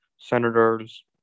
senators